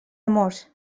amors